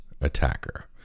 attacker